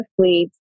athletes